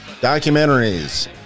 Documentaries